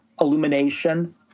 illumination